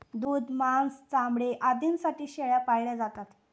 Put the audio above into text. दूध, मांस, चामडे आदींसाठी शेळ्या पाळल्या जातात